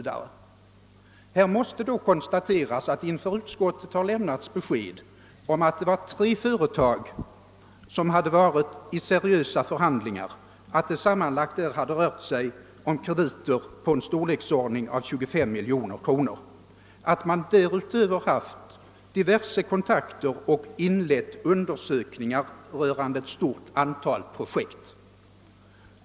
Det måste då konstateras att till utskottet har lämnats besked om att det var tre företag som fört seriösa förhandlingar om krediter på sammanlagt cirka 25 miljoner kronor och att man därutöver haft flera kontakter och in lett undersökningar rörande ett stort antal projekt.